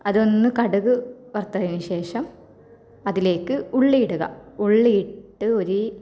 അതൊന്ന് കടുക് വറുത്തതിന് ശേഷം അതിലേക്ക് ഉള്ളി ഇടുക ഉള്ളി ഇട്ട് ഒര്